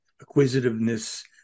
acquisitiveness